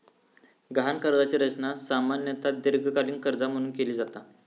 गहाण कर्जाची रचना सामान्यतः दीर्घकालीन कर्जा म्हणून केली जाता